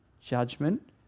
judgment